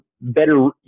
better